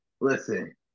listen